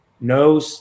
no